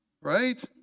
Right